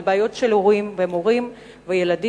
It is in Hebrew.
על בעיות של הורים ומורים וילדים,